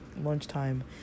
lunchtime